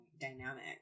dynamic